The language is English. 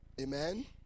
Amen